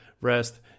rest